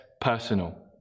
personal